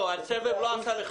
הסבב לא עשה נזק.